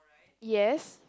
yes